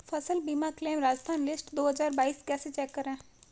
फसल बीमा claim Rajasthan list दो हज़ार बाईस कैसे चेक करें?